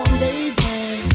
baby